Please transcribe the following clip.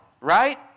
Right